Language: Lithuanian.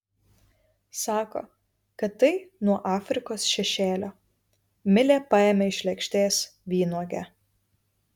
sako kad tai nuo afrikos šešėlio milė paėmė iš lėkštės vynuogę